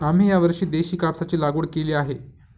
आम्ही यावर्षी देशी कापसाची लागवड केली आहे